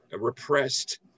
repressed